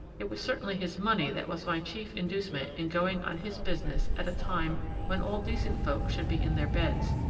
it was certainly his money that was my chief inducement in going on his business at a time when all decent folk should be in their beds.